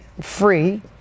free